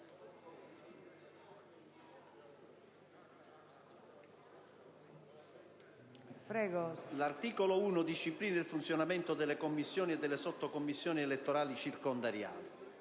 1, è volto a disciplinare il funzionamento delle commissioni e delle sottocommissioni elettorali circondariali,